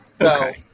Okay